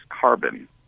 carbon